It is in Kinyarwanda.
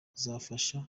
bazafasha